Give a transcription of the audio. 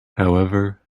however